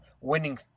winning